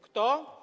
Kto?